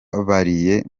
bariyeri